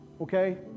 okay